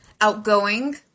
outgoing